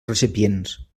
recipients